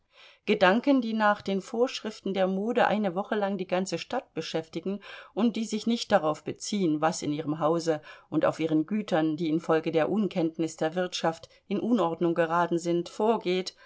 gedanken die nach den vorschriften der mode eine woche lang die ganze stadt beschäftigen und die sich nicht darauf beziehen was in ihrem hause und auf ihren gütern die infolge der unkenntnis der wirtschaft in unordnung geraten sind vorgeht